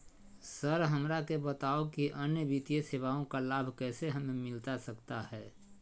Sir हमरा के बताओ कि अन्य वित्तीय सेवाओं का लाभ कैसे हमें मिलता सकता है?